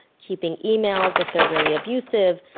keeping emails if they're really abusive.